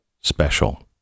special